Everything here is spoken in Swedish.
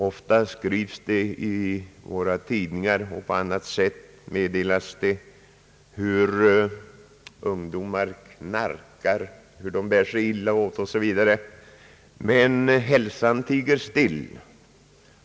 Ofta skrivs det i våra tidningar hur dessa ungdomar knarkar och bär sig illa åt, men »hälsan tiger still».